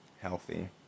healthy